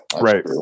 right